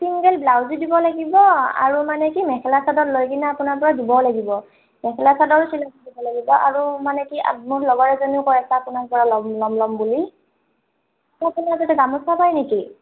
single ব্লাউজো দিব লাগিব আৰু মানে কি মেখেলা চাদৰ লৈ কিনে আপোনাৰপৰা দিবও লাগিব মেখেলা চাদৰ দিব লাগিব আৰু মানে কি মোৰ লগৰ এজনীও কৈ আছে আপোনাৰপৰা ল'ম ল'ম ল'ম বুলি আৰু আপোনাৰ তাতে গামোচা পাই নেকি